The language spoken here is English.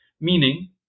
meaning